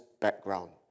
background